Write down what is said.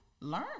learn